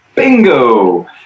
bingo